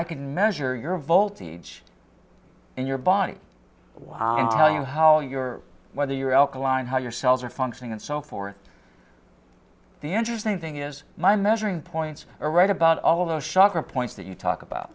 i can measure your voltage and your body why do you how you're whether you're alkaline how your cells are functioning and so forth the interesting thing is my measuring points are right about all of those shocker points that you talk about